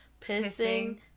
pissing